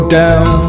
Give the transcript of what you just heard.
down